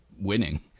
winning